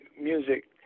music